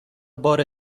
بار